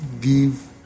give